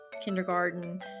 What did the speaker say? kindergarten